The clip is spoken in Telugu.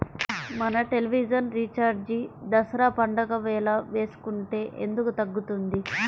మన టెలివిజన్ రీఛార్జి దసరా పండగ వేళ వేసుకుంటే ఎందుకు తగ్గుతుంది?